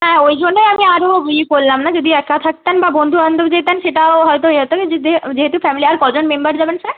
হ্যাঁ ওই জন্যই আমি আরও করলাম না যদি একা থাকতেন বা বন্ধু বান্ধব যেতেন সেটাও হয়তো হয়ে যেতো কিন্তু যেহেতু ফ্যামিলি আর ক জন মেম্বার যাবেন স্যার